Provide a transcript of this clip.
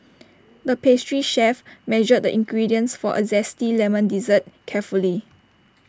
the pastry chef measured the ingredients for A Zesty Lemon Dessert carefully